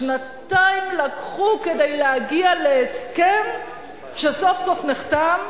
שנתיים לקחו כדי להגיע להסכם שסוף-סוף נחתם,